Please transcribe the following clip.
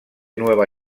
nueva